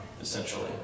essentially